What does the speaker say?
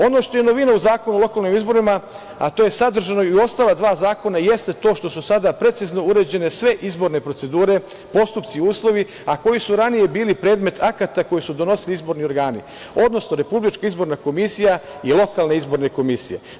Ono što je novina u Zakonu o lokalnim izborima, a to je sadržano i u ostala dva zakona jeste to što su sada precizno uređene sve izborne procedure, postupci, uslovi, a koji su ranije bili predmet akata koji su donosili izborni organi, odnosno RIK i lokalne izborne komisije.